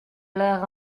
leur